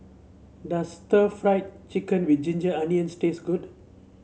does stir Fry Chicken with Ginger Onions taste good